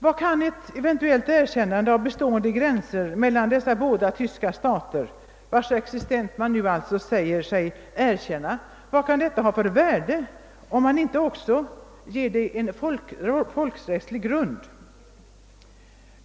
Vad kan ett eventuellt erkännande av bestående gränser mellan dessa båda tyska stater, vilkas existens man nu alltså säger sig erkänna, ha för värde, om man inte ger det en folkrättslig grund?